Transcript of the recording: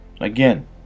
again